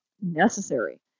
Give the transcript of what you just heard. necessary